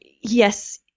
yes